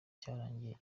cyarangiye